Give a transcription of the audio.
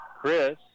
Chris